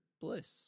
bliss